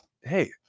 hey